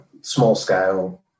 small-scale